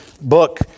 book